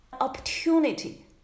opportunity